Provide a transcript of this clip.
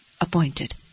appointed